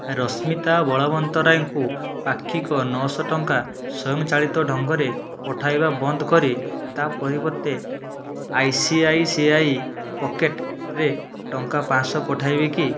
ରଶ୍ମିତା ବଳବନ୍ତରାୟଙ୍କୁ ପାକ୍ଷିକ ନଅଶହ ଟଙ୍କା ସ୍ୱୟଂ ଚାଳିତ ଢଙ୍ଗରେ ପଠାଇବା ବନ୍ଦ କରି ତା ପରିବର୍ତ୍ତେ I C I C I ପକେଟ୍ରେ ଟଙ୍କା ପାଞ୍ଚଶହ ପଠାଇବେ କି